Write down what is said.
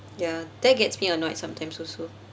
uh that gets me annoyed sometimes also